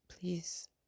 please